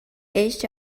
este